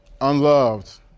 unloved